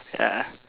ya